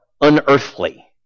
unearthly